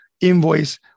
invoice